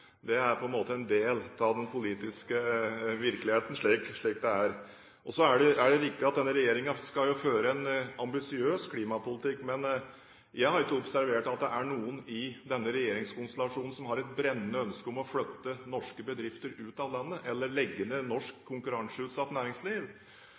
Det er på en måte en del av den politiske virkeligheten. Så er det riktig at denne regjeringen skal føre en ambisiøs klimapolitikk. Men jeg har ikke observert at det er noen i denne regjeringskonstellasjonen som har et brennende ønske om å flytte norske bedrifter ut av landet, eller legge ned